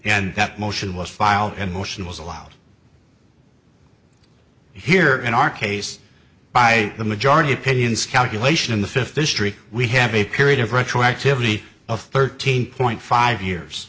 and that motion was filed in motion was allowed here in our case by the majority opinions calculation in the fifth district we have a period of retroactively of thirteen point five years